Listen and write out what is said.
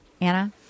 Anna